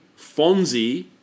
Fonzie